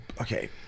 Okay